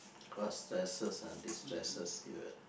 what stresses and destresses you ah